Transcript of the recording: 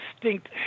distinct